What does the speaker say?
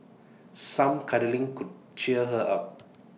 some cuddling could cheer her up